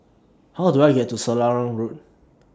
How Do I get to Selarang Road